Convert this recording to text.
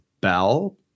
Bell